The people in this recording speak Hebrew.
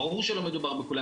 ברור שלא מדובר בכולם.